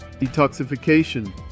Detoxification